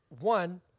one